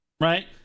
Right